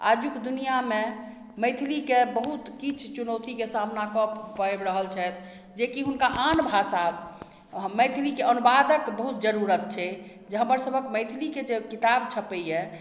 आजुक दुनिआमे मैथिलीके बहुत किछु चुनौतीके सामना करऽ पड़ि रहल छथि जे कि हुनका आन भाषा मैथिलीके अनुवादक बहुत जरूरत छै जे हमर सभक मैथिलीके जे किताब छपइए